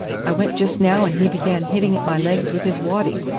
i went just now and he began hitting at my legs with his waddy,